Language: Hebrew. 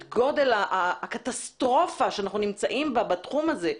את גודל הקטסטרופה שאנחנו נמצאים בה בתחום הזה.